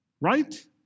right